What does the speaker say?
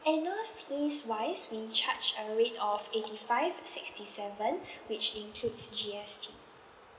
annual fees wise we charge a rate of eighty five sixty seven which includes G_S_T